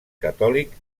catòlic